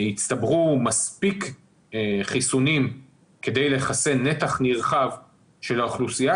יצטברו מספיק חיסונים כדי לחסן נתח נרחב של האוכלוסייה?